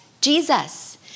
Jesus